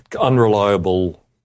unreliable